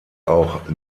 auch